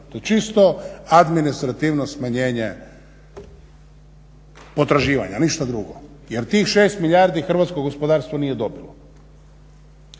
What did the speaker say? To je čisto administrativno smanjenje potraživanja, ništa drugo, jer tih 6 milijardi hrvatsko gospodarstvo nije dobilo.